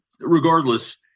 regardless